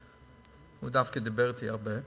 הרופאים הוא דווקא דיבר אתי הרבה.